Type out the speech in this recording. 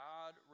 God